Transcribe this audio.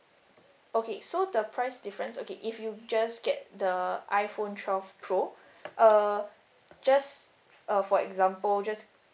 okay so the price difference okay if you just get the iPhone twelve pro err just uh for example just